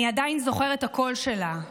אני עדיין זוכרת את הקול שלה,